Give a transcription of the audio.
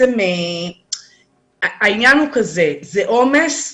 זה עומס קיים.